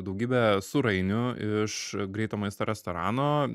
daugybę sūrainių iš greito maisto restorano